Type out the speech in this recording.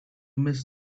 miss